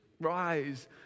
rise